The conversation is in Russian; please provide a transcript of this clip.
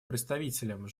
представителям